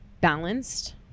balanced